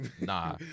nah